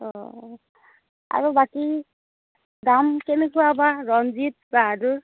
অ' আৰু বাকী দাম কেনেকুৱা বা ৰঞ্জিত বাহাদুৰ